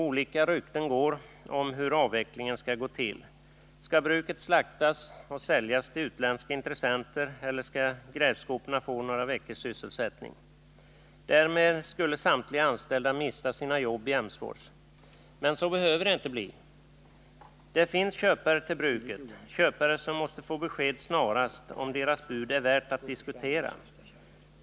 Olika rykten går om hur avvecklingen skall gå till. Skall bruket slaktas och säljas till utländska intressenter — eller skall grävskoporna få några veckors sysselsättning? Därmed skulle samtliga anställda mista sina jobb i Emsfors. Men så behöver det inte bli. Det finns köpare till bruket — köpare som måste få besked snarast om huruvida deras bud är värt att diskutera.